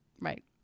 Right